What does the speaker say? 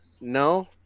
No